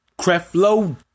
Creflo